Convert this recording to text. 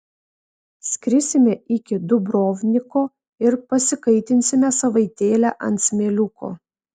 skrisime iki dubrovniko ir pasikaitinsime savaitėlę ant smėliuko